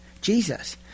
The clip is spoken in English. Jesus